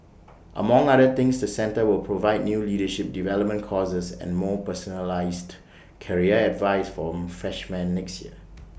among other things the centre will provide new leadership development courses and more personalised career advice from freshman next year